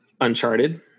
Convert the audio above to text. Uncharted